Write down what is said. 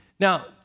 Now